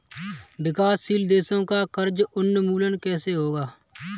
विकासशील देशों का कर्ज उन्मूलन कैसे होगा?